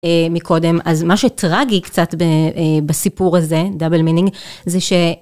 מקודם, אז מה שטראגי קצת בסיפור הזה, דאבל מינינג, זה ש...